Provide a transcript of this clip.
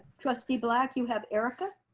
trustee black you have erica.